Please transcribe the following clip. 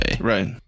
Right